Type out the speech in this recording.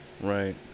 Right